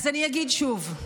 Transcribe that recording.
אז אני אגיד שוב.